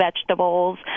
vegetables